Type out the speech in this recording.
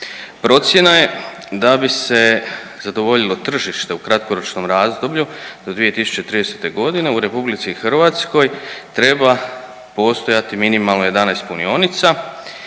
Procjena je da bi se zadovoljilo tržište u kratkoročnom razdoblju do 2030.g. u RH treba postojati minimalno 11 punionica